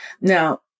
Now